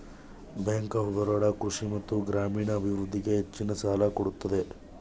bank of Baroda ಕೃಷಿ ಮತ್ತು ಗ್ರಾಮೀಣ ಅಭಿವೃದ್ಧಿಗೆ ಹೆಚ್ಚಿನ ಸಾಲ ಕೊಡುತ್ತದೆ